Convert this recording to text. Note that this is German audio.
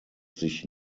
sich